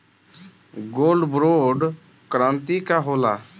Gold bond करतिं का होला?